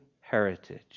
heritage